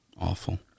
Awful